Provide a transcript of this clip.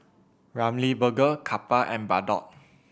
Ramly Burger Kappa and Bardot